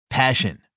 Passion